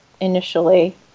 initially